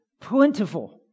plentiful